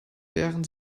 wären